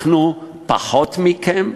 אנחנו פחות מכם?